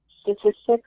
statistics